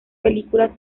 película